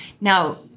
Now